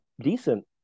decent